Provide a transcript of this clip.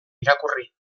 irakurri